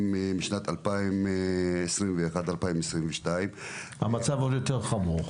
מהשנים 2022-2021. המצב עוד יותר חמור.